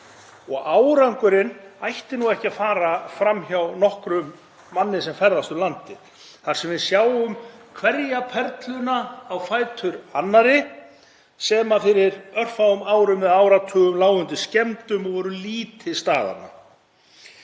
Árangurinn ætti ekki að fara fram hjá nokkrum manni sem ferðast um landið þar sem við sjáum hverja perluna á fætur annarri sem fyrir örfáum árum eða áratugum lá undir skemmdum og var lýti staðanna.